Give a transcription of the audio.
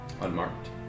unmarked